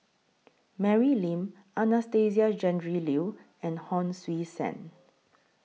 Mary Lim Anastasia Tjendri Liew and Hon Sui Sen